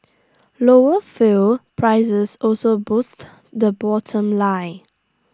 lower fuel prices also boost the bottom line